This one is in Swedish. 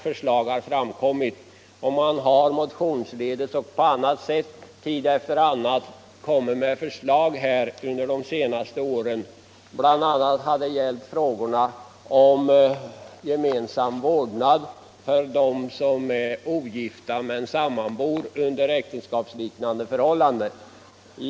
Under de senaste åren har det därför tid efter annan motionsledes och på annat sätt kommit propåer som gällt bl.a. frågan om gemensam vårdnad för dem som är ogifta men sammanbor under äktenskapsliknande förhållanden.